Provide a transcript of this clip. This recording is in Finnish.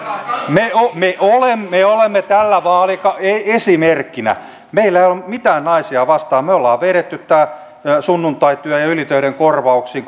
me me olemme tällä vaalikaudella esimerkkinä meillä ei ole mitään naisia vastaan me olemme vetäneet tämän sunnuntaityön ja ylitöiden korvauksiin